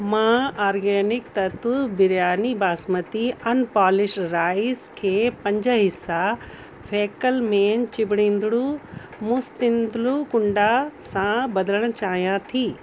मां आर्गेनिक तत्व biryani basmati unpolished rice खे पंज हिसा फेकलमेन चिबिड़ींदड़ू मुस्तितुकू कुंडा सां बदिलणु चाहियां थी